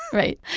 right.